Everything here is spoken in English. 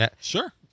Sure